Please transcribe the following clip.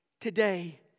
Today